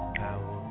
power